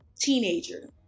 teenager